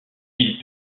ils